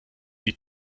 die